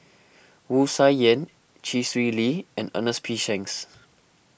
Wu Tsai Yen Chee Swee Lee and Ernest P Shanks